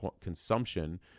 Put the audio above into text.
consumption